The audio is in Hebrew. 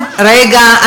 רגע,